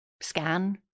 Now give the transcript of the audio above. scan